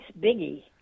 biggie